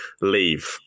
Leave